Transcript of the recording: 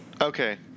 Okay